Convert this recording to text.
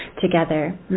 together